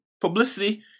publicity